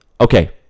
Okay